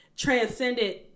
transcended